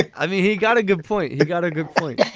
i mean he got a good point. he got a good feeling.